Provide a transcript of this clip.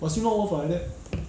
我希望 one for